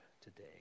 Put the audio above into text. today